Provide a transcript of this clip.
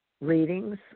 readings